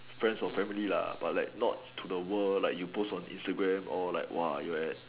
friends or family lah but like not to the world like you post on Instagram or like !whoa! you like that